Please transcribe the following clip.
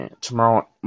tomorrow